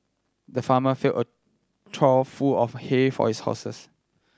the farmer filled a trough full of hay for his horses